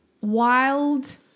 wild